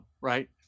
Right